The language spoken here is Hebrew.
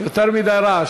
יותר מדי רעש.